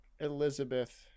Elizabeth